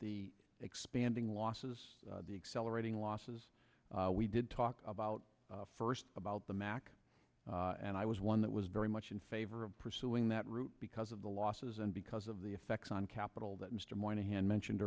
the expanding losses accelerating losses we did talk about first about the mac and i was one that was very much in favor of pursuing that route because of the losses and because of the effects on capital that mr moynihan mentioned